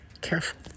careful